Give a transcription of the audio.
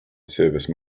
service